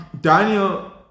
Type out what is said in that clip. Daniel